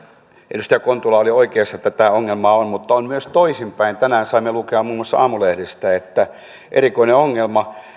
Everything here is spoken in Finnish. edustaja kontula oli oikeassa tätä ongelmaa on mutta on myös toisinpäin tänään saimme lukea muun muassa aamulehdestä että on erikoinen ongelma